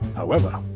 however,